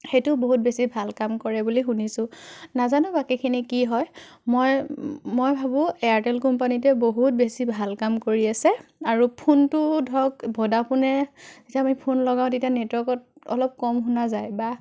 সেইটো বহুত বেছি ভাল কাম কৰে বুলি শুনিছোঁ নাজানো বাকীখিনি কি হয় মই মই ভাবোঁ এয়াৰটেল কোম্পানীটোৱে বহুত বেছি ভাল কাম কৰি আছে আৰু ফোনটোত ধৰক ভ'ডাফোনে যেতিয়া আমি ফোন লগাওঁ তেতিয়া নেটৱৰ্কত অলপ কম শুনা যায় বা